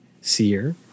seer